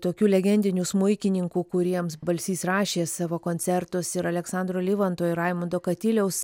tokių legendinių smuikininkų kuriems balsys rašė savo koncertus ir aleksandro livanto ir raimundo katiliaus